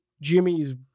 Jimmy's